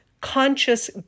conscious